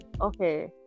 okay